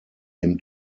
him